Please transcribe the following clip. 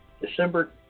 December